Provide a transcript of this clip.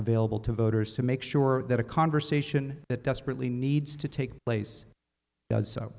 available to voters to make sure that a conversation that desperately needs to take place